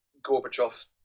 Gorbachev